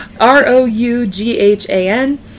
R-O-U-G-H-A-N